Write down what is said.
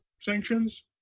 sanctions